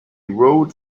rode